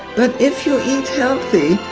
but if you eat healthy,